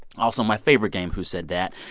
also my favorite game, who said that.